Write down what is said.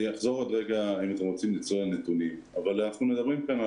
קודם כול לגבי הנתונים המסמך היחיד שאני קיבלתי עד